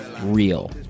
real